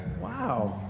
wow.